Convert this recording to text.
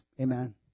amen